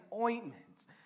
ointments